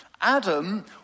Adam